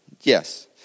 Yes